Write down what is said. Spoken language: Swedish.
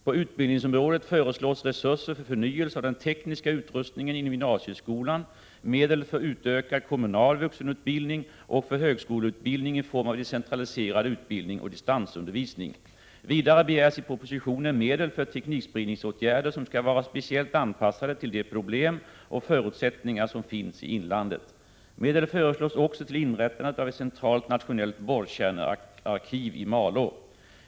På utbildningsområdet föreslås resurser för förnyelse av den tekniska utrustningen inom gymnasieskolan, medel för utökad kommunal vuxenutbildning och för högskoleutbildning i form av decentraliserad utbildning och distansundervisning. Vidare begärs i propositionen medel för teknikspridningsåtgärder som skall vara speciellt anpassade till de problem och förutsättningar som finns i inlandet. Medel föreslås också till inrättande av ett centralt nationellt borrkärnearkiv i Malå.